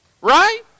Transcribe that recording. right